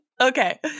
Okay